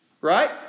Right